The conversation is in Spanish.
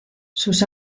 sus